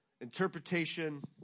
interpretation